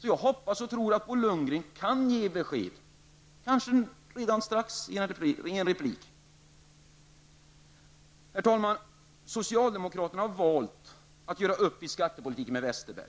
Jag hoppas därför och tror och att Bo Lundgren kan ge besked, kanske redan i replikskiftet i denna debatt. Herr talman! Socialdemokraterna har valt att göra upp med Westerberg i skattepolitiken.